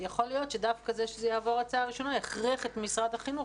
יכול להיות שדווקא זה שזה יעבור קריאה ראשונה יכריח את משרד החינוך